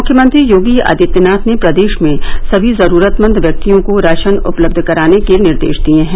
मुख्यमंत्री योगी आदित्यनाथ ने प्रदेश में सभी जरूरतमंद व्यक्तियों को राशन उपलब्ध कराने के निर्देश दिए हैं